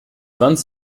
vingt